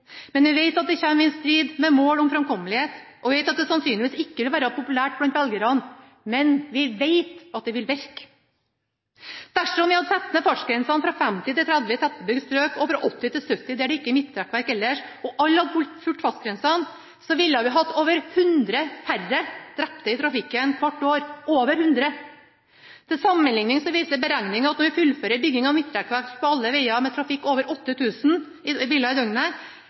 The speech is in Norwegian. Men jeg vet at det kommer i strid med mål om framkommelighet, og at det sannsynligvis ikke vil være populært blant velgerne – men vi vet at det vil virke. Dersom vi hadde satt ned fartsgrensene fra 50 til 30 i tettbebygd strøk og fra 80 til 70 der det ikke er midtrekkverk, og alle hadde fulgt fartsgrensene, ville vi hvert år hatt over 100 færre drepte i trafikken – over 100. Til sammenligning viser beregninger at når vi fullfører bygging av midtrekkverk på alle veger med trafikk over 8 000 biler i døgnet,